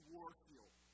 Warfield